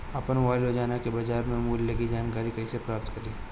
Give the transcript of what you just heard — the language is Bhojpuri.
आपन मोबाइल रोजना के बाजार मुल्य के जानकारी कइसे प्राप्त करी?